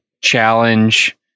challenge